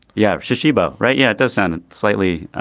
yeah. shashi sheba right. yeah it does sound slightly